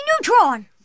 Neutron